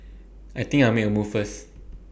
I think I'll make A move first